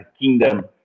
Kingdom